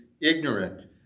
ignorant